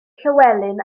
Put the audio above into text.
llywelyn